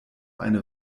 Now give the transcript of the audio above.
eine